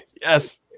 Yes